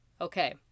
Okay